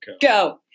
Go